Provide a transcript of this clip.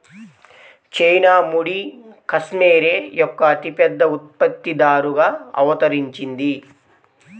China ముడి cashmere యొక్క అతిపెద్ద ఉత్పత్తిదారుగా అవతరించింది